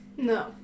No